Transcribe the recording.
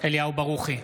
אליהו ברוכי,